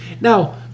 Now